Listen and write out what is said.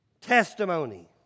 Testimony